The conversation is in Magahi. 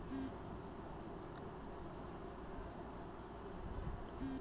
मुकेश राजस्थान स आयात निर्यातेर कामत लगे गेल छ